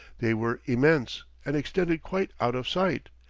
they were immense, and extended quite out of sight.